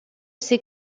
ces